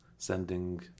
Sending